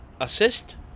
assist